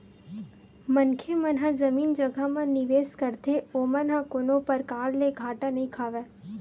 मनखे मन ह जमीन जघा म निवेस करथे ओमन ह कोनो परकार ले घाटा नइ खावय